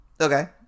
Okay